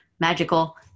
magical